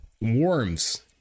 Worms